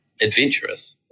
adventurous